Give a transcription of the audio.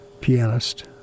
pianist